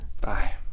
Bye